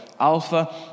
Alpha